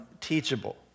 teachable